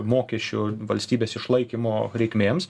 mokesčių valstybės išlaikymo reikmėms